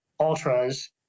ultras